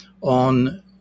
on